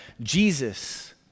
Jesus